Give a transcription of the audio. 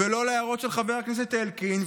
לא להערות של חבר הכנסת אלקין,